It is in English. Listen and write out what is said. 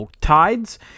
Tides